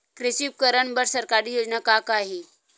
कृषि उपकरण बर सरकारी योजना का का हे?